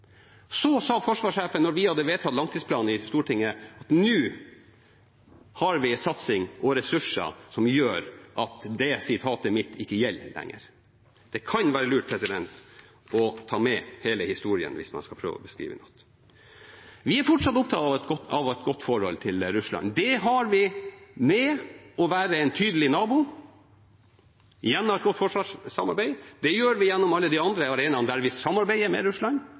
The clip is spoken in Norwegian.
Så sa forsvarssjefen, da vi hadde vedtatt langtidsplanen i Stortinget, at nå har vi en satsing og ressurser som gjør at det sitatet ikke gjelder lenger. Det kan være lurt å ta med hele historien hvis man skal prøve å beskrive noe. Vi er fortsatt opptatt av å ha et godt forhold til Russland. Det har vi ved å være en tydelig nabo gjennom et godt forsvarssamarbeid. Det gjør vi gjennom alle de andre arenaene der vi samarbeider med Russland.